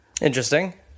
Interesting